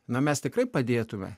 na mes tikrai padėtume